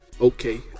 Okay